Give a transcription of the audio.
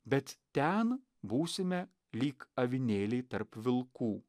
bet ten būsime lyg avinėliai tarp vilkų